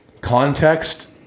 Context